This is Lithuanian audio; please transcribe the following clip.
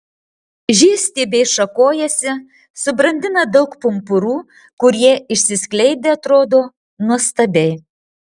žiedstiebiai šakojasi subrandina daug pumpurų kurie išsiskleidę atrodo nuostabiai